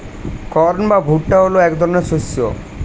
corn বা ভুট্টা হলো এক ধরনের শস্য